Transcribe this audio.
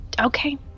Okay